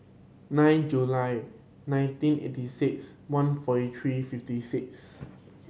nine July nineteen eighty six one forty three fifty six